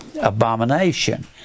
abomination